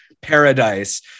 paradise